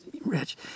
Rich